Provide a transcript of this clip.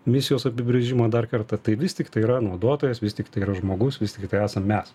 misijos apibrėžimą dar kartą tai vis tiktai yra naudotojas vis tiktai yra žmogus vis tiktai tai esam mes